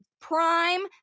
prime